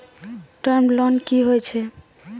Term loan कि होय छै?